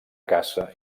caça